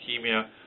leukemia